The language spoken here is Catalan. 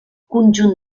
conjunt